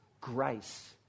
grace